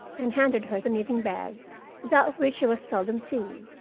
and handed her the knitting-bag without which she was seldom seen.